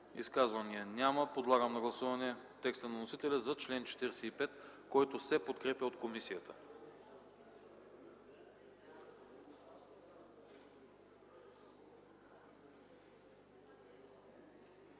Изказвания? Няма. Подлагам на гласуване текста на вносителя за чл. 45, който се подкрепя от комисията.